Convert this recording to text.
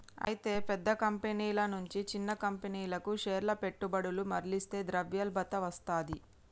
అయితే పెద్ద కంపెనీల నుంచి చిన్న కంపెనీలకు పేర్ల పెట్టుబడులు మర్లిస్తే ద్రవ్యలభ్యత వస్తది